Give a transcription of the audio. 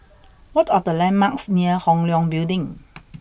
what are the landmarks near Hong Leong Building